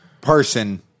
person